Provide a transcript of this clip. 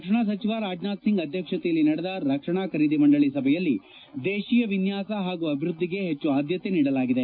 ರಕ್ಷಣಾ ಸಚಿವ ರಾಜನಾಥ್ ಸಿಂಗ್ ಅಧ್ಯಕ್ಷತೆಯಲ್ಲಿ ನಡೆದ ರಕ್ಷಣಾ ಖರೀದಿ ಮಂಡಳಿ ಸಭೆಯಲ್ಲಿ ದೇಶೀಯ ವಿನ್ಲಾಸ ಹಾಗೂ ಅಭಿವೃದ್ದಿಗೆ ಹೆಚ್ಚು ಆದ್ಲತೆ ನೀಡಿದೆ